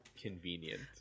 convenient